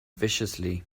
viciously